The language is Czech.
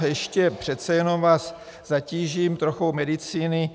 Ještě přece jenom vás zatížím trochou medicíny.